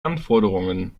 anforderungen